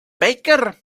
baker